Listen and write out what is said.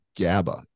GABA